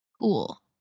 Cool